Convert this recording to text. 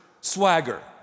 swagger